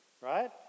right